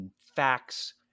facts